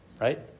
right